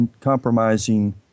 compromising